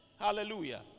Hallelujah